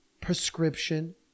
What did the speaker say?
prescription